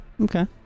Okay